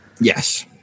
Yes